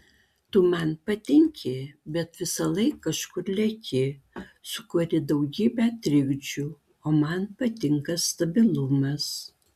tu man patinki bet visąlaik kažkur leki sukuri daugybę trikdžių o man patinka stabilumas